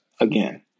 again